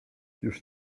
już